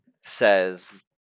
says